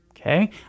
okay